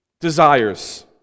desires